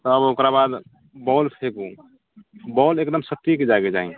तब ओकरा बाद बॉल फेँकू बॉल एकदम सटीक जाइके चाही